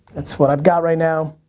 it's what i've got right now.